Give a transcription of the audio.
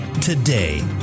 today